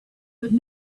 but